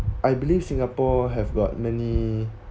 I believe singapore have got many